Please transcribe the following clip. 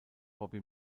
bobby